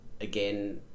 again